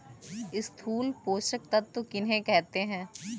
स्थूल पोषक तत्व किन्हें कहते हैं?